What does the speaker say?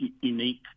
unique